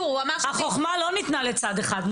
החוכמה לא ניתנה לצד אחד.